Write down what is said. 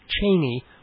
Cheney